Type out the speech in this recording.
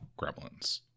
gremlins